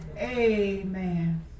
Amen